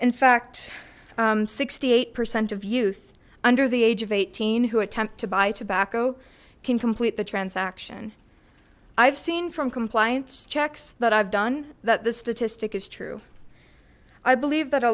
in fact sixty eight percent of youth under the age of eighteen who attempt to buy tobacco can complete the transaction i've seen from compliance checks that i've done that this statistic is true i believe that a